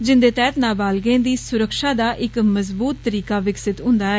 जिंदे तैह्त नाबालिगें दी सुरक्षा दा इक मजबूत तरीका विकसित हुन्दा ऐ